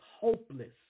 hopeless